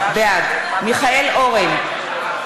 בעד מיכאל אורן,